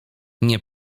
nie